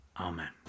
Amen